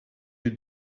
you